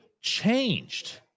changed